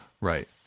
Right